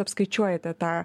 apskaičiuojate tą